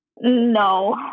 No